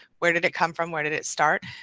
where did it come from, where did it start,